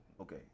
Okay